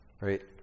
right